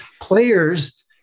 Players